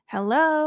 Hello